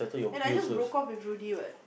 and I just broke off with Rudy what